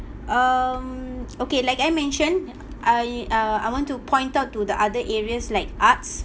um okay like I mentioned I uh I want to point out to the other areas like arts